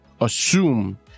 assume